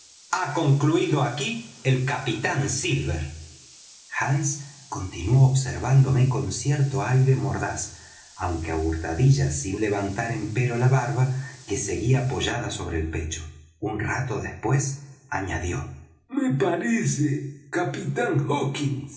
ha concluído aquí el capitán silver hands continuó observándome con cierto aire mordaz aunque á hurtadillas sin levantar empero la barba que seguía apoyada sobre el pecho un rato después añadió me parece capitán